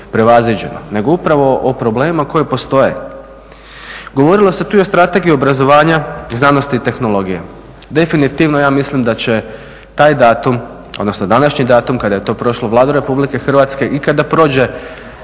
prevaziđeno nego upravo o problemima koji postoje. Govorilo se tu i o Strategiji obrazovanja znanosti i tehnologije. Definitivno ja mislim da će taj datum, odnosno današnji datum kada je to prošlo Vladu Republike Hrvatske i kada prođe